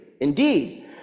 Indeed